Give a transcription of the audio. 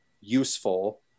useful